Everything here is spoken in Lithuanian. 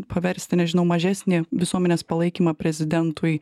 paversti nežinau mažesnį visuomenės palaikymą prezidentui